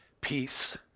peace